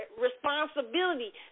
Responsibility